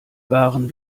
waren